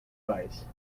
advice